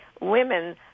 women